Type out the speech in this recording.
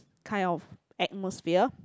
kind of atmosphere